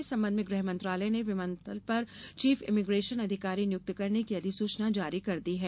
इस संबंध में गृह मंत्रालय ने विमानतल पर चीफ इमिग्रेसन अधिकारी नियुक्त करने की अधिसूचना जारी कर दी है